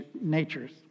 natures